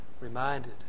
Reminded